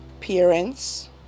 parents